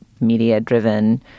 media-driven